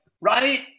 Right